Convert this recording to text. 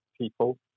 people